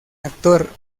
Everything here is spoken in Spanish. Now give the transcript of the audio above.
actor